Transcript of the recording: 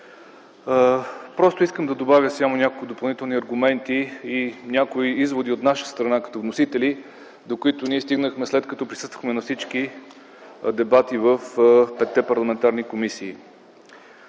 Искам да добавя само няколко допълнителни аргумента и някои изводи от наша страна като вносители, до които ние стигнахме след като присъствахме на всички дебати в петте парламентарни комисии.